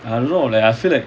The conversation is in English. I don't know I feel like